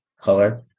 color